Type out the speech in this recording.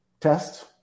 test